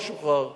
לא שוחרר.